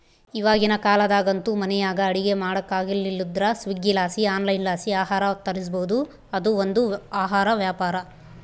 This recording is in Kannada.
ಇವಾಗಿನ ಕಾಲದಾಗಂತೂ ಮನೆಯಾಗ ಅಡಿಗೆ ಮಾಡಕಾಗಲಿಲ್ಲುದ್ರ ಸ್ವೀಗ್ಗಿಲಾಸಿ ಆನ್ಲೈನ್ಲಾಸಿ ಆಹಾರ ತರಿಸ್ಬೋದು, ಅದು ಒಂದು ಆಹಾರ ವ್ಯಾಪಾರ